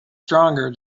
stronger